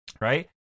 right